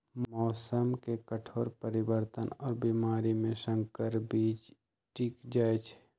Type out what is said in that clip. मौसम के कठोर परिवर्तन और बीमारी में संकर बीज टिक जाई छई